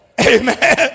Amen